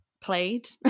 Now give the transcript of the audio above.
played